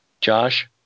Josh